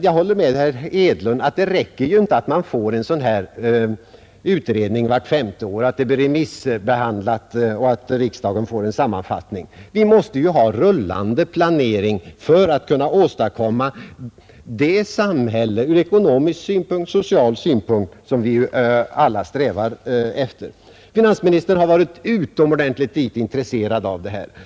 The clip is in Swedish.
Jag håller dock med herr Hedlund om att det inte räcker med att man får en sådan utredning vart femte år, att materialet remissbehandlas och att riksdagen därefter får en sammanfattning. Vi måste ju ha rullande planering för att kunna åstadkomma det samhälle — ur ekonomisk synpunkt och ur social synpunkt — som vi alla strävar efter. Finansministern har varit utomordentligt litet intresserad av detta.